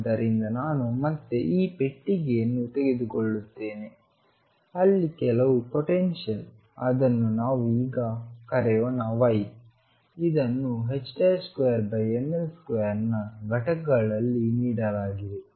ಆದ್ದರಿಂದ ನಾನು ಮತ್ತೆ ಈ ಪೆಟ್ಟಿಗೆಯನ್ನು ತೆಗೆದುಕೊಳ್ಳುತ್ತೇನೆ ಅಲ್ಲಿ ಕೆಲವು ಪೊಟೆನ್ಶಿಯಲ್ ಅದನ್ನು ನಾವು ಈಗ ಕರೆಯೋಣ y ಇದನ್ನು 2mL2 ನ ಘಟಕಗಳಲ್ಲಿ ನೀಡಲಾಗಿದೆ